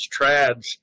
trads